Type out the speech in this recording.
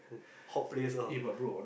hot place ah